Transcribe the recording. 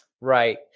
Right